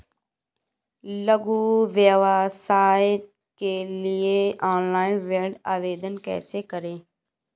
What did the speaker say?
लघु व्यवसाय के लिए ऑनलाइन ऋण आवेदन कैसे करें?